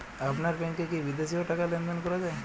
আপনার ব্যাংকে কী বিদেশিও টাকা লেনদেন করা যায়?